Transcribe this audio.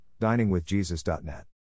diningwithjesus.net